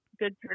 good